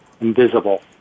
invisible